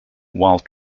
while